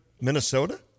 Minnesota